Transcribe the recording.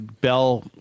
Bell